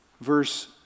verse